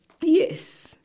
Yes